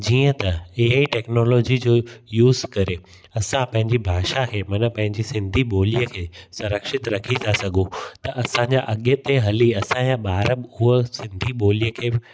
जीअं त A I technology जो यूज़ करे असां पंहिंजी भाषा खे माना पंहिंजी सिंधी ॿोलीअ खे संरक्षित रखे था सघूं त असांजा अॻिते हली असांजा ॿार उहा सिंधी ॿोलीअ खे